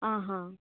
आं हां